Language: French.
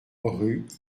rue